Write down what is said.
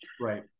Right